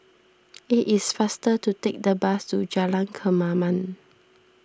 it is faster to take the bus to Jalan Kemaman